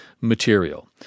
material